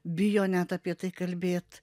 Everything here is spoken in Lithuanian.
bijo net apie tai kalbėt